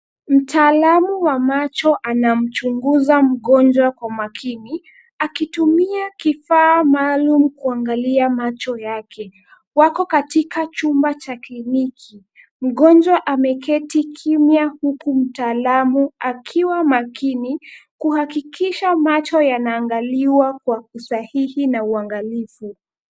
Mtaalamu wa macho anamchunguza mgonjwa kwa makini, akitumia kifaa maalum kuangalia macho yake. Wako katika chumba cha kliniki, mgonjwa ameketi kimya huku mtaalamu akiwa maakini kuhakikisha macho yanaangaliwa kwa usahihi na uangalifu.